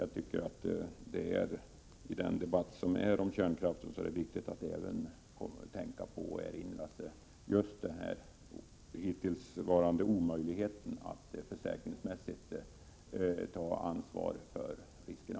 I den 123 debatt som förekommer om kärnkraften är det viktigt att erinra sig just den - hittillsvarande omöjligheten att försäkringsmässigt ta ansvaret för riskerna.